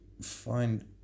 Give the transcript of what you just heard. find